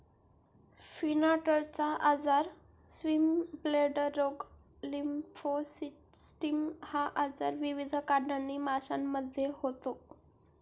फिनार्टचा आजार, स्विमब्लेडर रोग, लिम्फोसिस्टिस हा आजार विविध कारणांनी माशांमध्ये होतो